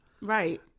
Right